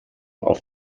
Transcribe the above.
auf